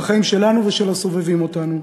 בחיים שלנו ושל הסובבים אותנו,